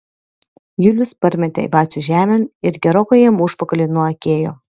julius parmetė vacių žemėn ir gerokai jam užpakalį nuakėjo